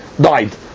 died